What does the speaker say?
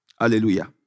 Hallelujah